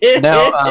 Now